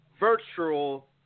Virtual